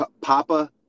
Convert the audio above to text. Papa